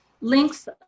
links